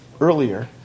earlier